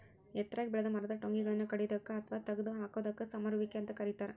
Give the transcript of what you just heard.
ಎತ್ತರಾಗಿ ಬೆಳೆದ ಮರದ ಟೊಂಗಿಗಳನ್ನ ಕಡಿಯೋದಕ್ಕ ಅತ್ವಾ ತಗದ ಹಾಕೋದಕ್ಕ ಸಮರುವಿಕೆ ಅಂತ ಕರೇತಾರ